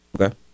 Okay